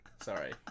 sorry